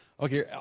Okay